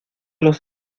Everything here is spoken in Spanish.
los